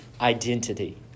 identity